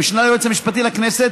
המשנה ליועץ המשפטי לכנסת